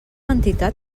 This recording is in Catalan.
entitat